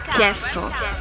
Tiesto